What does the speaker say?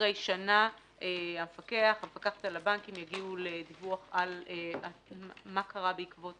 אחרי שנה המפקח או המפקחת על הבנקים יגיעו לדיווח על מה קרה בעקבות